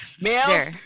Male